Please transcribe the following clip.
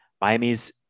Miami's